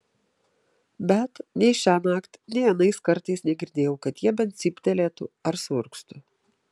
bet nei šiąnakt nei anais kartais negirdėjau kad jie bent cyptelėtų ar suurgztų